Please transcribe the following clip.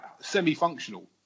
semi-functional